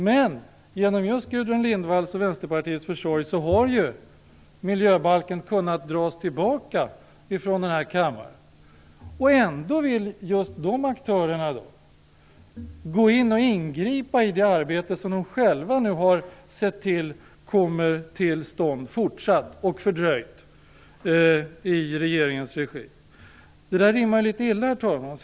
Men genom just Gudrun Lindvalls och Vänsterpartiets försorg har ju miljöbalken kunnat dras tillbaka från den här kammaren, och ändå vill just de aktörerna gå in och ingripa i det arbete som de själva har sett till nu kommer till stånd i regeringens regi. Det rimmar litet illa.